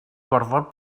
gorfod